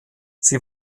sie